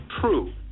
True